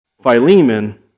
Philemon